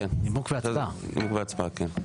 נימוק והצבעה, כן.